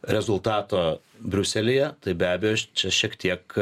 rezultato briuselyje tai be abejo čia šiek tiek